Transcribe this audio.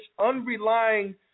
unrelying